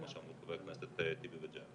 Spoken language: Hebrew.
כמו שאמרו חברי הכנסת טיבי וג'אבר.